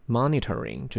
monitoring